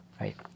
Right